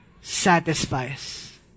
Satisfies